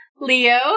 Leo